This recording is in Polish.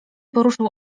poruszył